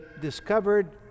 discovered